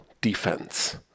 defense